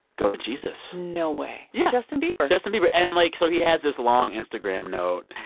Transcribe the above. go to jesus no way yeah justin bieber justin bieber and, like, so he has this long instagram note,